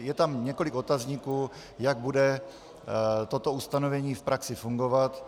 Je tam několik otazníků, jak bude toto ustanovení v praxi fungovat.